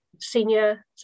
senior